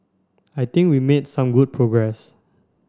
I think we made some good progress